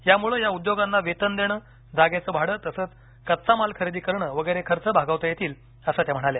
यामुळे या उद्योगांना वेतन देण भाडं तसंच कच्चा माल खरेदी करणं वगैरे खर्च भागवता येतील असं त्या म्हणाल्या